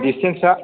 डिस्टेन्सा